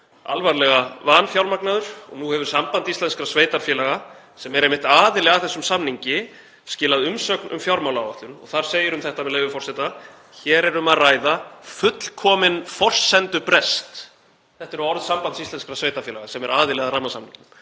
alvarlega vanfjármagnaður og nú hefur Samband íslenskra sveitarfélaga, sem er einmitt aðili að þessum samningi, skilað umsögn um fjármálaáætlun og þar segir um þetta, með leyfi forseta: „Hér er um að ræða fullkominn forsendubrest.“ Þetta eru orð Sambands íslenskra sveitarfélaga sem er aðili að rammasamningnum;